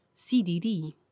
CDD